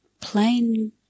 plain